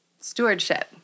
Stewardship